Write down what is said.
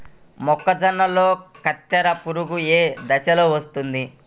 మొక్కజొన్నలో కత్తెర పురుగు ఏ దశలో వస్తుంది?